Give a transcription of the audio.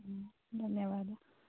ಧನ್ಯವಾದ